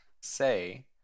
say